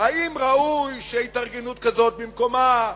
האם ראוי שהתארגנות כזאת במקומה?